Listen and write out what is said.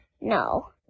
no